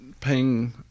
paying